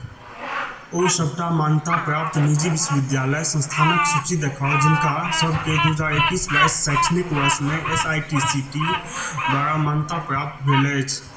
ओ सभटा मान्यता प्राप्त निजी विश्वविद्यालय संस्थानक सूची देखाउ जिनका सभकेँ दू हजार एकैस बाइस शैक्षणिक वर्षमे S I T C T द्वारा मान्यताप्राप्त भेल अछि